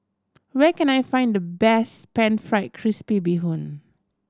where can I find the best Pan Fried Crispy Bee Hoon